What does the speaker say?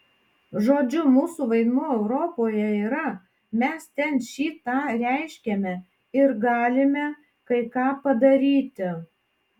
žodžiu mūsų vaidmuo europoje yra mes ten šį tą reiškiame ir galime kai ką padaryti